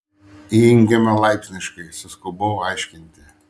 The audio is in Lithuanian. įjungiama laipsniškai suskubau aiškinti